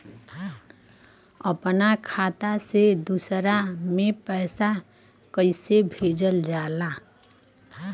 अपना खाता से दूसरा में पैसा कईसे भेजल जाला?